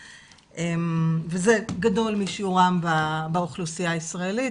וזה גדול משיעורם באוכלוסייה הישראלית,